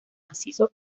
macizo